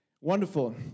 Wonderful